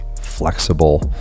flexible